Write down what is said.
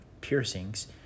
piercings